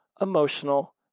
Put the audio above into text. emotional